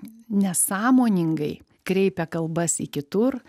ne sąmoningai kreipia kalbas į kitur